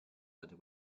that